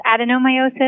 adenomyosis